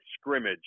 scrimmage